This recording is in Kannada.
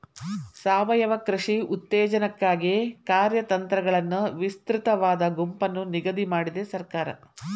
ಸಾವಯವ ಕೃಷಿ ಉತ್ತೇಜನಕ್ಕಾಗಿ ಕಾರ್ಯತಂತ್ರಗಳನ್ನು ವಿಸ್ತೃತವಾದ ಗುಂಪನ್ನು ನಿಗದಿ ಮಾಡಿದೆ ಸರ್ಕಾರ